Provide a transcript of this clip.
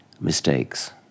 mistakes